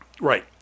Right